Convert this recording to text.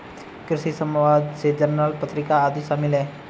कृषि समवाद में जर्नल पत्रिका आदि शामिल हैं